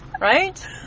Right